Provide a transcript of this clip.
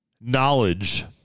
knowledge